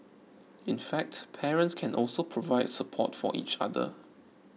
in fact parents can also provide support for each other